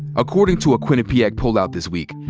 according to a quinnipiac poll out this week,